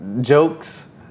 jokes